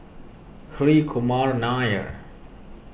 Hri Kumar Nair